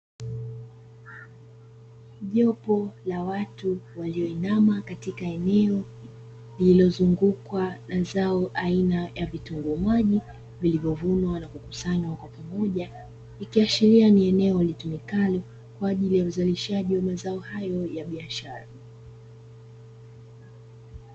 Jopo la watu walioinama katika eneo lililozungukwa na zao aina ya vitunguu vilivyovunwa na kukusanywa kwa pamoja, ikiashiria ni eneo litumikalo kwa ajili ya uzalishaji wa mazao hayo ya biashara.